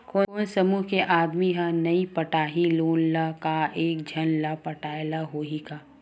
कोन समूह के आदमी हा नई पटाही लोन ला का एक झन ला पटाय ला होही का?